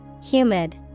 Humid